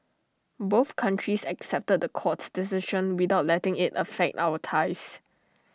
both countries accepted the court's decision without letting IT affect our ties